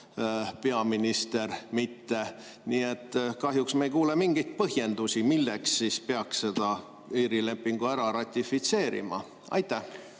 peaminister mitte. Nii et kahjuks ei kuule me mingeid põhjendusi, milleks siis peaks selle piirilepingu ära ratifitseerima. Aitäh!